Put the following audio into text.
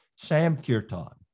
samkirtan